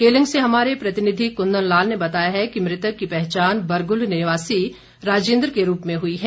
केलंग से हमारे प्रतिनिधि कुंदन लाल ने बताया है कि मृतक की पहचान बरगुल निवासी राजेन्द्र के रूप में हुई है